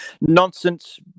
nonsense